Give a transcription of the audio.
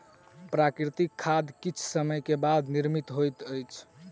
प्राकृतिक खाद किछ समय के बाद निर्मित होइत अछि